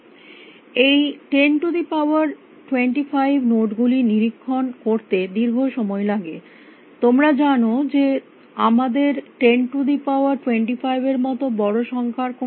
এই 1025 নোড গুলি নিরীক্ষণ করতে দীর্ঘ সময় লাগে তোমরা জানো যে আমাদের 1025 এর মত বড় সংখ্যার কোনো ধারণা নেই